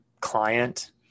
client